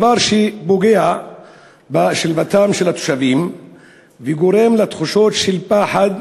דבר שפוגע בשלוותם של התושבים וגורם לתחושות של פחד